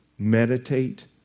Meditate